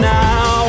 now